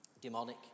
demonic